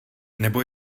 nebo